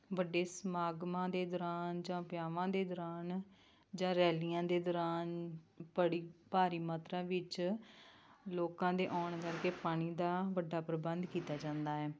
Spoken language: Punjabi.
ਵੱਡੇ ਸਮਾਗਮਾਂ ਦੇ ਦੌਰਾਨ ਜਾਂ ਵਿਆਹਾਂ ਦੇ ਦੌਰਾਨ ਜਾਂ ਰੈਲੀਆਂ ਦੇ ਦੌਰਾਨ ਬੜੀ ਭਾਰੀ ਮਾਤਰਾ ਵਿੱਚ ਲੋਕਾਂ ਦੇ ਆਉਣ ਕਰਕੇ ਪਾਣੀ ਦਾ ਵੱਡਾ ਪ੍ਰਬੰਧ ਕੀਤਾ ਜਾਂਦਾ ਹੈ